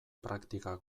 praktika